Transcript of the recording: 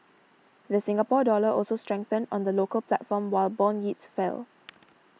the Singapore Dollar also strengthened on the local platform while bond yields fell